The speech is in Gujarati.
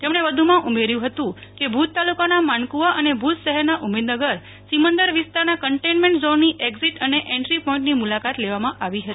તેમણે વધુમાં ઉમેર્યું હતું કેલુજ તાલુકાના માનકુવા અને ભુજ શહેરના ઉમેદનગર સિમંધર વિસ્તારના કન્ટેન્મેન્ટ ઝોનની એકઝીટ અને એન્ટ્રી પોઈન્ટની મુલાકાત લેવામાં આવી હતી